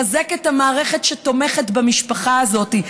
לחזק את המערכת שתומכת במשפחה הזאת,